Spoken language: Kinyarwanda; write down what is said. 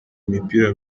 imipira